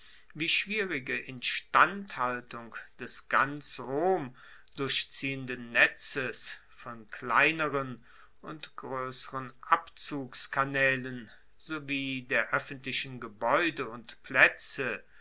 wie schwierige instandhaltung des ganz rom durchziehenden netzes von kleineren und groesseren abzugskanaelen sowie der oeffentlichen gebaeude und plaetze